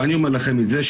ואני אומר לכם את זה,